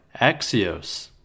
Axios